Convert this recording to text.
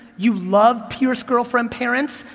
you love pierce, girlfriend, parents,